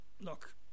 look